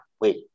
wait